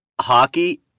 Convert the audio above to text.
hockey